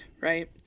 Right